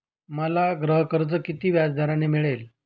मला गृहकर्ज किती व्याजदराने मिळेल?